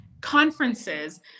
conferences